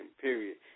period